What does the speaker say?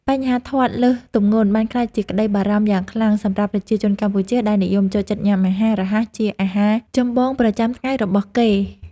បញ្ហាធាត់លើសទម្ងន់បានក្លាយជាក្តីបារម្ភយ៉ាងខ្លាំងសម្រាប់ប្រជាជនកម្ពុជាដែលនិយមចូលចិត្តញ៉ាំអាហាររហ័សជាអាហារចម្បង ប្រចាំថ្ងៃរបស់គេ។